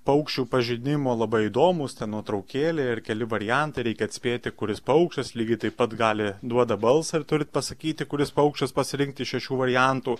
paukščių pažinimo labai įdomūs nuotraukėlė ir keli variantai reikia atspėti kuris paukštis lygiai taip pat gali duoda balsą ir turi pasakyti kuris paukštis pasirinkti iš šešių variantų